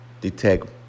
detect